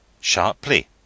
Sharply